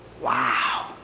Wow